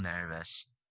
nervous